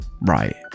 right